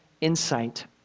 insight